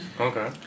Okay